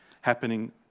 happening